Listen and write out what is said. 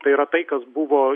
tai yra tai kas buvo